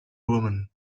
woman